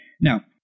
Now